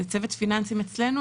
זה צוות פיננסים אצלנו,